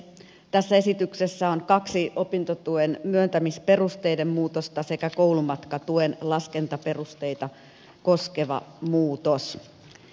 tässä esityksessä on kaksi opintotuen myöntämisperusteiden muutosta sekä koulumatkatuen laskentaperusteita koskeva muutos